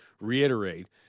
reiterate –